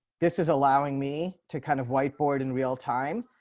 this is allowing me to kind of whiteboard in real time,